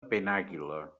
penàguila